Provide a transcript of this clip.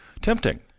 tempting